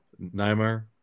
Neymar